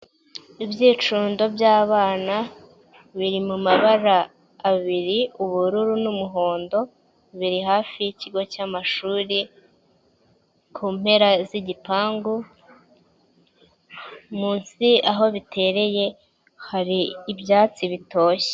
Ibyicundo by'abana biri mu mabara abiri, ubururu n'umuhondo, biri hafi y'ikigo cy'amashuri ku mpera z'igipangu munsi aho bitereye hari ibyatsi bitoshye.